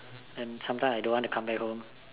and sometimes I don't want to come back home